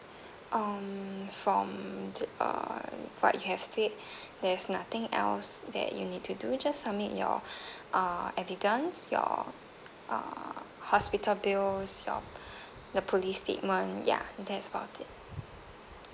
um from th~ uh what you have said there's nothing else that you need to do just submit your uh evidence your uh hospital bills your the police statement ya that's about it